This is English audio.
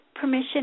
permission